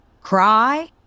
cry